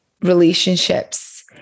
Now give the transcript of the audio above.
relationships